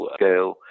scale